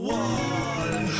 one